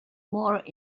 more